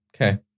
Okay